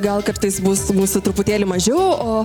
gal kartais bus mūsų truputėlį mažiau o